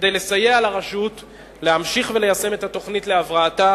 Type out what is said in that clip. כדי לסייע לרשות להמשיך וליישם את התוכנית להבראתה